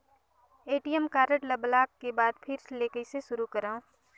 ATM card ल block के बाद फिर ले कइसे शुरू करव?